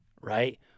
right